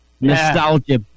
nostalgia